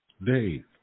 Dave